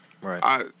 Right